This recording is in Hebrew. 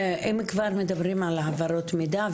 אם כבר מדברים על העברות מידע,